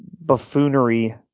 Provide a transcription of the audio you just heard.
buffoonery